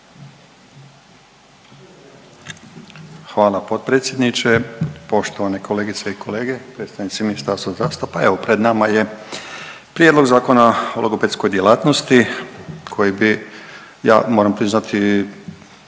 Hvala potpredsjedniče. Poštovane kolegice i kolege, predstavnici Ministarstva zdravstva, pa evo pred nama je Prijedlog Zakona o logopedskoj djelatnosti koji bi ja moram priznati,